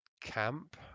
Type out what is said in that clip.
camp